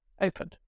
open